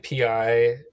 API